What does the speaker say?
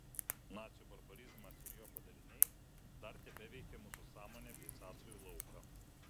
nacių barbarizmas ir jo padariniai dar tebeveikia mūsų sąmonę bei sąsajų lauką